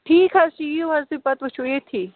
ٹھیٖک حظ چھُ یِیٖو حظ تُہۍ پَتہٕ وُچھو ییٚتتھٕے